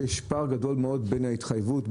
שיש פער גדל מאוד בין ההתחייבות,